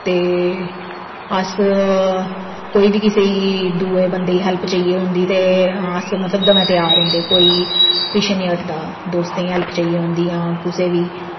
ते अस कोई बी कुसै ई दूए बंदे ई हैल्प चाहिदी होंदी ते अस मतलब दमें त्यार होंदे कोई पिच्छें नेईं हटदा दोस्तें ई हैल्प चाहिदी होंदी जां कुसै बी